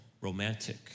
Romantic